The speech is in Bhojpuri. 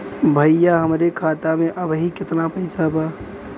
भईया हमरे खाता में अबहीं केतना पैसा बा?